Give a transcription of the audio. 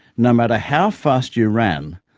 no matter how fast you ran,